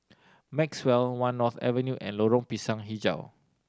Maxwell One North Avenue and Lorong Pisang Hijau